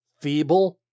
feeble